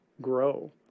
grow